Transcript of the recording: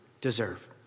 deserve